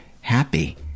happy